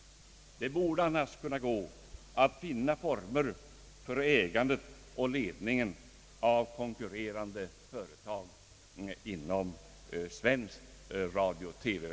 Det borde annars kunna gå att finna former för ägandet och ledningen av konkurrerande företag inom svensk radio-TV.